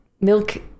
milk